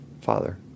father